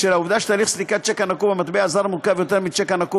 בשל העובדה שתהליך סליקת שיק הנקוב במטבע זר מורכב יותר משיק הנקוב